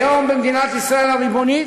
היום, במדינת ישראל הריבונית,